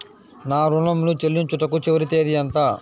నా ఋణం ను చెల్లించుటకు చివరి తేదీ ఎంత?